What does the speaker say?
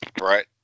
Right